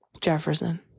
Jefferson